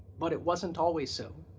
but it wasn't always so.